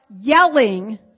yelling